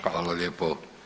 Hvala lijepo.